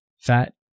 Fat